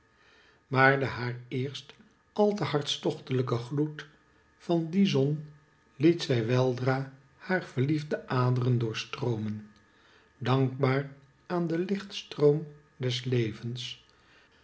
maar den haar eerst al te hartstochtelijken gloed van die zon liet zij weldra haar verliefde aderen doorstroomen dankbaar aan den kchtstroom des levens